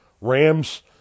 Rams